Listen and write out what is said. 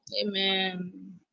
Amen